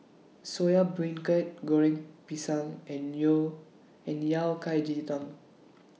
Soya bring cur Goreng Pisang and and Yao Cai Ji Tang